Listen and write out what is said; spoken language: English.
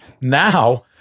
Now